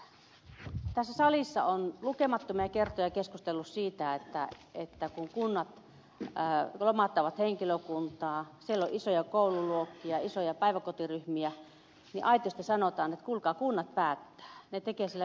tässä salissa on lukemattomia kertoja keskusteltu siitä että kun kunnat lomauttavat henkilökuntaa siellä on isoja koululuokkia isoja päiväkotiryhmiä niin aitiosta sanotaan että kuulkaa kunnat päättävät ne tekevät siellä viisaita päätöksiä